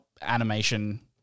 animation